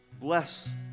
Bless